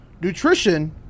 nutrition